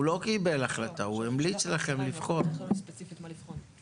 הוא לא קיבל החלטה, הוא המליץ לכם לבחון.